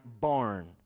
barn